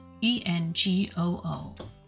E-N-G-O-O